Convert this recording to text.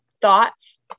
thoughts